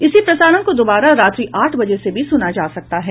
इसी प्रसारण को दोबारा रात्रि आठ बजे से भी सुना जा सकता है